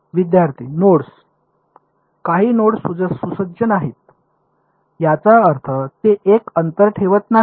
विद्यार्थीः नोड्स नाही नोड्स सुसज्ज नाहीत याचा अर्थ ते 1 अंतर ठेवत नाहीत